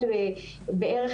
בגליל